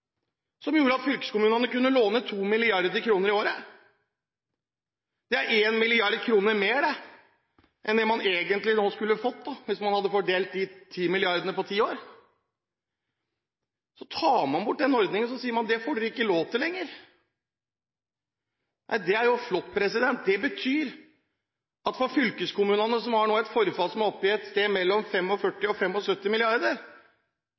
som gjorde at fylkeskommunene kunne låne 2 mrd. kr i året. Det er 1 mrd. kr mer enn det man nå egentlig skulle fått hvis man hadde fordelt de 10 mrd. kr på ti år. Så tar man bort den ordningen og sier at det får dere ikke lov til lenger. Det er jo flott. Det betyr at til fylkeskommunene, som nå har et forfall som er oppe i et sted mellom